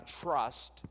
trust